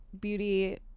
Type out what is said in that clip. Beauty